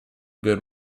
good